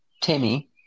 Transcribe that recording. Timmy